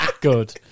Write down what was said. Good